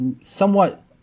somewhat